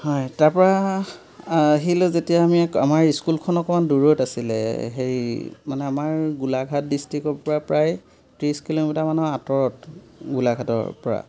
হয় তাৰপৰা আহিলোঁ যেতিয়া আমি আমাৰ স্কুলখন অকণমান দূৰৈত আছিলে সেই মানে আমাৰ গোলাঘাট ডিষ্ট্ৰিক্টৰপৰা প্ৰায় ত্ৰিশ কিলোমিটাৰমান আঁতৰত গোলাঘাটৰপৰা